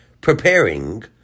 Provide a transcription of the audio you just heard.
preparing